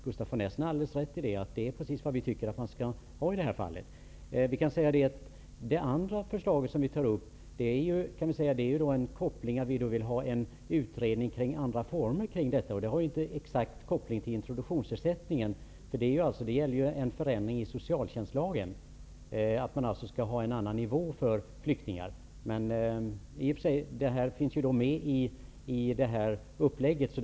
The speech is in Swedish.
Gustaf von Essen har alldeles rätt i att vi anser att det skall vara på det sättet i detta fall. Vårt andra förslag gäller att vi vill att det skall göras en utredning om andra former för detta. Det har inte någon exakt koppling till introduktionsersättningen. Att man skall ha en annan nivå på socialbidraget för flyktingar handlar ju om en förändring i socialtjänstlagen. Detta finns med i denna uppläggning.